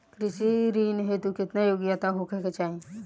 कृषि ऋण हेतू केतना योग्यता होखे के चाहीं?